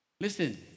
Listen